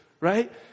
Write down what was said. right